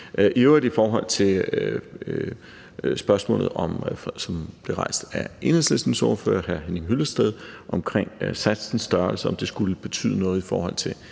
i øvrigt. I forhold til spørgsmålet, som blev rejst af Enhedslistens ordfører, hr. Henning Hyllested, om satsens størrelse – om det skulle betyde noget i forhold til